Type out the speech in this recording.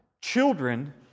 children